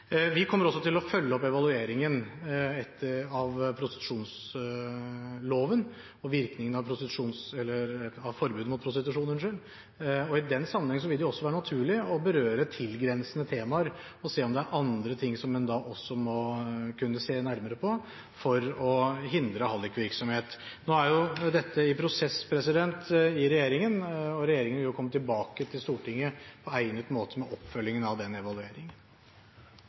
Vi kommer til å følge opp evalueringen av prostitusjonsloven og virkningen av forbudet mot prostitusjon, og i den sammenheng vil det også være naturlig å berøre tilgrensende temaer og se om det er andre ting som en da også må kunne se nærmere på for å hindre hallikvirksomhet. Dette er i en prosess i regjeringen, og regjeringen vil komme tilbake til Stortinget på egnet måte med oppfølgingen av den evalueringen.